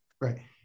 Right